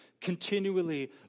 continually